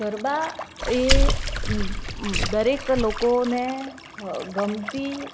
ગરબા એ દરેક લોકોને ગમતી